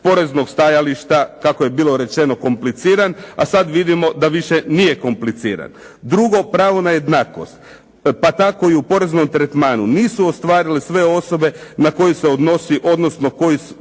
poreznog stajališta, kako je bilo rečeno, kompliciran, a sad vidimo da više nije kompliciran. Drugo, pravo na jednakost, pa tako i u poreznom tretmanu, nisu ostvarile sve osobe na koje se odnosi, odnosno koje su